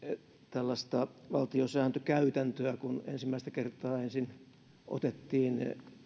tällaista valtiosääntökäytäntöä kun ensimmäistä kertaa ensin otettiin tämmöiset